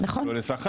צריך לדאוג לשכר,